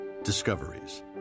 discoveries